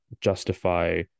justify